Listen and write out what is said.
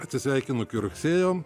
atsisveikinu iki rugsėjo